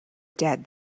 dead